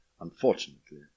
Unfortunately